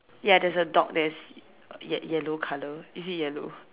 ya there's dog that's ye~ yellow colour is it yellow